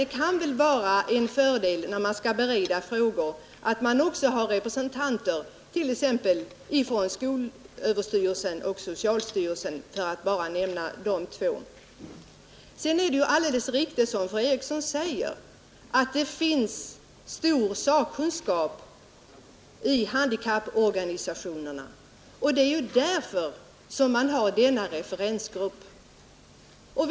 När man skall bereda frågor kan det väl vara en fördel att också ha representanter med t.ex. för skolöverstyrelsen och socialstyrelsen, för att bara nämna de två. Sedan är det alldeles riktigt som fru Eriksson säger, att det finns stor sakkunskap i handikapporganisationerna. Det är ju därför man har referensgruppen.